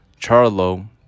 charlo